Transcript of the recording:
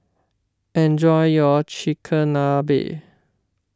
enjoy your Chigenabe